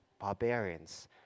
barbarians